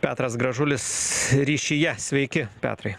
petras gražulis ryšyje sveiki petrai